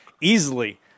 easily